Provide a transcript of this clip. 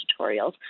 tutorials